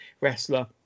wrestler